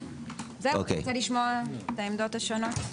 זהו, אתה רוצה לשמוע את העמדות השונות?